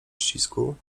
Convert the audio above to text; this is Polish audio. ścisku